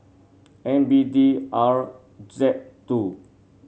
N B D R Z two